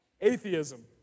atheism